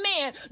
man